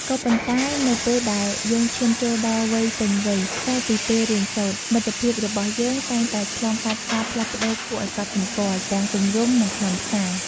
ក៏ប៉ុន្តែ នៅពេលដែលយើងឈានចូលដល់វ័យពេញវ័យ ក្រៅពីពេលរៀនសូត្រ មិត្តភាពរបស់យើងតែងតែឆ្លងកាត់ការផ្លាស់ប្តូរគួរឱ្យកត់សម្គាល់ ទាំងទម្រង់ និងខ្លឹមសារ។